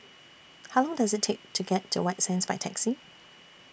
How Long Does IT Take to get to White Sands By Taxi